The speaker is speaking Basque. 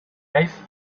naiz